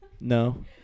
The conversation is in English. No